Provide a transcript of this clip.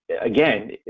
again